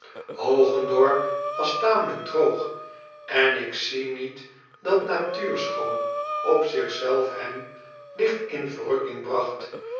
ogendorp was tamelijk droog en ik zie niet dat natuurschoon op zich zelf hem ligt in verrukking bragt